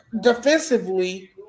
defensively